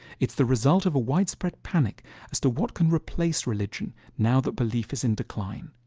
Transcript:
it's the result of a widespread panic as to what can replace religion now that belief is in decline.